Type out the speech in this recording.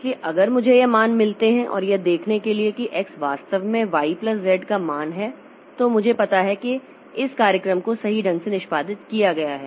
इसलिए अगर मुझे यह मान मिलते हैं और यह देखने के लिए कि x वास्तव में y प्लस z का मान है तो मुझे पता है कि इस कार्यक्रम को सही ढंग से निष्पादित किया गया है